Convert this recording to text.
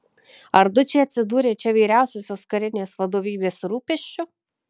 ar dučė atsidūrė čia vyriausiosios karinės vadovybės rūpesčiu